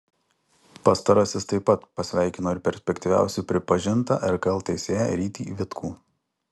pastarasis taip pat pasveikino ir perspektyviausiu pripažintą rkl teisėją rytį vitkų